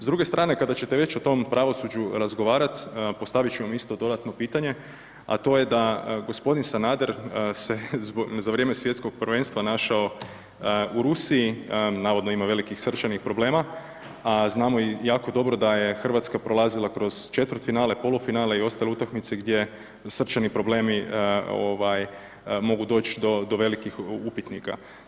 S druge strane, kada ćete već o tome pravosuđu razgovarati, postavit ću vam isto dodatno pitanje, a to je da g. Sanader se za vrijeme svjetskog prvenstva našao u Rusiji, navodno ima velikih srčanih problema, a znamo i jako dobro da je Hrvatska prolazila kroz četvrtfinale, polufinale i ostale utakmice, gdje srčani problemi mogu doći do velikih upitnika.